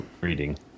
reading